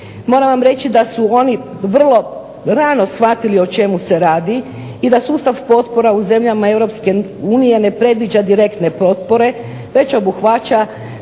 moram vam reći da su oni vrlo rano shvatili o čemu se radi i da sustav potpora u zemljama Europske unije ne predviđa direktne potpore već obuhvaća